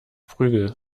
prügel